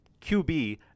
QB